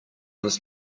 this